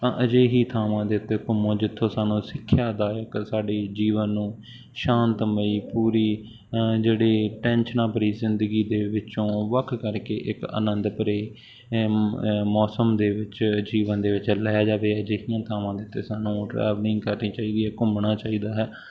ਤਾਂ ਅਜਿਹੀ ਥਾਵਾਂ ਦੇ ਉੱਤੇ ਘੁੰਮੋ ਜਿੱਥੋਂ ਸਾਨੂੰ ਸਿੱਖਿਆ ਦਾਇਕ ਸਾਡੇ ਜੀਵਨ ਨੂੰ ਸ਼ਾਂਤਮਈ ਪੂਰੀ ਜਿਹੜੀ ਟੈਨਸ਼ਨਾਂ ਭਰੀ ਜ਼ਿੰਦਗੀ ਦੇ ਵਿੱਚੋਂ ਵੱਖ ਕਰਕੇ ਇੱਕ ਆਨੰਦ ਭਰੇ ਮੌਸਮ ਦੇ ਵਿੱਚ ਜੀਵਨ ਦੇ ਵਿੱਚ ਲੈ ਜਾਵੇ ਅਜਿਹੀਆਂ ਥਾਵਾਂ ਦੇ ਉੱਤੇ ਸਾਨੂੰ ਟਰੈਵਲਿੰਗ ਕਰਨੀ ਚਾਹੀਏ ਘੁੰਮਣਾ ਚਾਹੀਦਾ ਹੈ